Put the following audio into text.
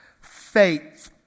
Faith